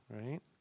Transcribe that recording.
right